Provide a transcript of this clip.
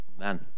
Amen